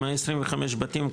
125 בתים,